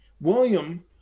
william